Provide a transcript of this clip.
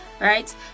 right